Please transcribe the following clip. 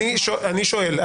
אני שואל.